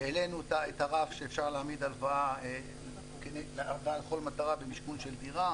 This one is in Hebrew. העלינו את הרף שאיפשר להעמיד הלוואה לכל מטרה במשכון של דירה.